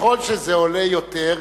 ככל שזה עולה יותר,